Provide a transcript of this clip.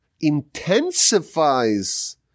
intensifies